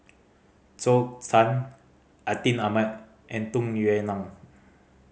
Zhou Can Atin Amat and Tung Yue Nang